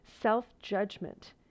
self-judgment